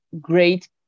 great